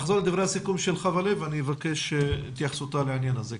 כשנחזור לדברי הסיכום של חוה לוי אני אבקש את התייחסותה לעניין הזה,